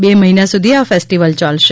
બે મહિના સુધી આ ફેસ્ટીવલ યાલશે